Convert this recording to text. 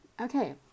okay